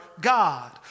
God